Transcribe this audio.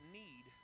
need